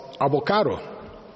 avocado